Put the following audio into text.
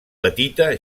petita